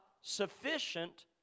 sufficient